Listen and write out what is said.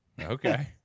okay